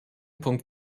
punkt